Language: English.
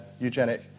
eugenic